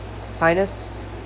sinus